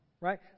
Right